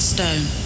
Stone